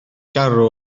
garw